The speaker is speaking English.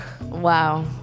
Wow